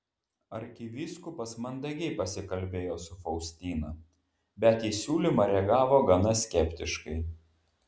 arkivyskupas mandagiai pasikalbėjo su faustina bet į siūlymą reagavo gana skeptiškai